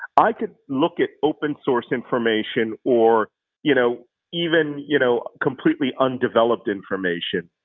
i could look at open source information, or you know even you know completely undeveloped information,